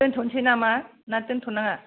दोन्थनसै नामा ना दोन्थ'नाङा